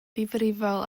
ddifrifol